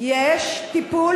יש טיפול